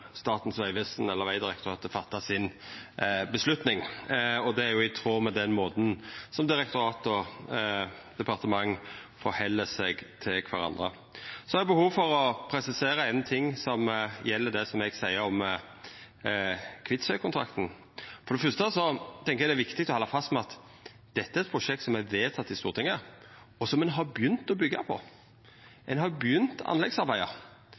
Så har eg behov for å presisera ein ting som gjeld det eg seier om Kvitsøy-kontrakten. For det fyrste tenkjer eg det er viktig å halda fast ved at dette er eit prosjekt som er vedteke i Stortinget, og som ein har begynt å byggja på. Ein har begynt anleggsarbeidet.